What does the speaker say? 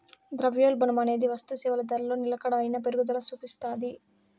ద్రవ్యోల్బణమనేది వస్తుసేవల ధరలో నిలకడైన పెరుగుదల సూపిస్తాది